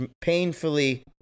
painfully